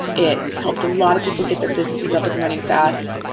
it helped a lot of people get their businesses up and running fast.